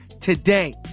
today